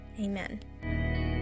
Amen